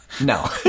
No